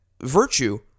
virtue